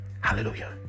Hallelujah